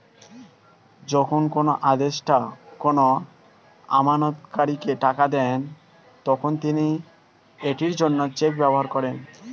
যখন কোনো আদেষ্টা কোনো আমানতকারীকে টাকা দেন, তখন তিনি এটির জন্য চেক ব্যবহার করেন